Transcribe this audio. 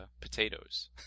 potatoes